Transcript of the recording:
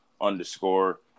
underscore